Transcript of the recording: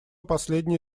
последние